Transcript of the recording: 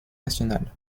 nationale